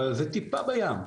אבל זו טיפה בים,